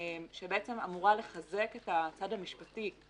שאמורה לחזק את הצד המשפטי,